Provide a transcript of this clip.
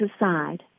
aside